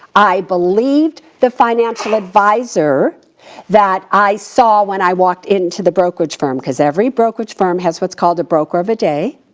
i believed the financial advisor that i saw when i walked into the brokerage firm. cause every brokerage firm has what's called a broker of a day.